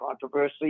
controversy